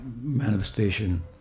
manifestation